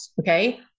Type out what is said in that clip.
okay